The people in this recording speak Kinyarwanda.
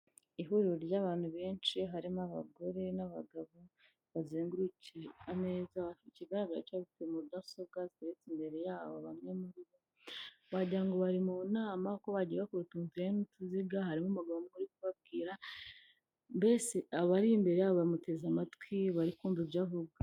Ihuriro ry'abantu benshi harimo abagore n'abagabo bazengurutse ameza, ikigaragara cyo bafite mudasobwa ziteretse imbere yabo, bari mu nama ko bagiye bakora utuntu tumeze nk'utuziga, arimo kubabwira mbese abari imbere bamuteze amatwi bari kumvamva ibyo avuga.